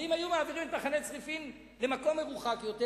אבל אם היו מעבירים את מחנה צריפין למקום מרוחק יותר,